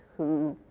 who